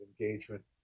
engagement